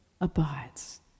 abides